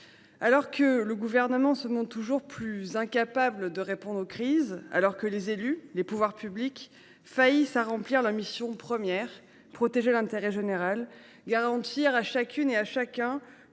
Alors que le Gouvernement se montre toujours plus incapable de répondre aux crises, alors que les élus et les pouvoirs publics échouent à remplir leurs missions premières – protéger l’intérêt général, garantir à chacune et à chacun